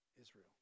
Israel